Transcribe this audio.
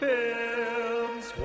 Films